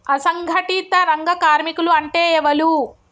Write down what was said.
అసంఘటిత రంగ కార్మికులు అంటే ఎవలూ?